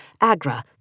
AGRA